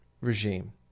regime